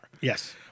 Yes